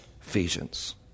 Ephesians